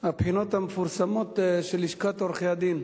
הבחינות המפורסמות של לשכת עורכי-הדין,